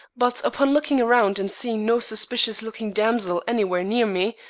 but upon looking round and seeing no suspicious-looking damsel anywhere near me,